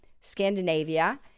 Scandinavia